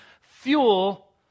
fuel